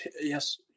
yes